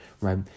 right